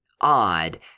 odd